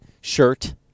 shirt